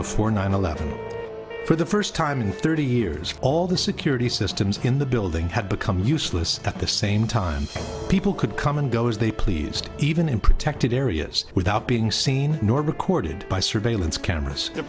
before nine eleven for the first time in thirty years all the security systems in the building had become useless at the same time people could come and go as they pleased even in protected areas without being seen nor recorded by surveillance cameras the